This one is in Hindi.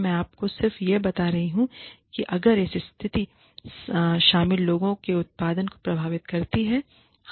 मैं आपको सिर्फ यह बता रहा हूं कि अगर यह स्थिति शामिल लोगों के उत्पादन को प्रभावित करती है